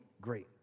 great